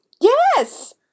Yes